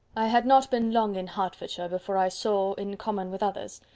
i had not been long in hertfordshire, before i saw, in common with others,